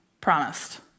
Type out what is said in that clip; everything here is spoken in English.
promised